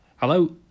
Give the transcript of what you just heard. Hello